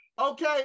Okay